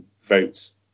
votes